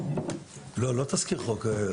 לא תזכיר חוק.